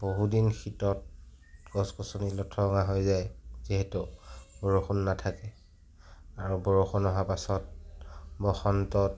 বহুদিন শীতত গছ গছনি লঠঙা হৈ যায় যিহেতু বৰষুণ নাথাকে আৰু বৰষুণ অহাৰ পাছত বসন্তত